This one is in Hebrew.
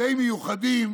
די מיוחדים,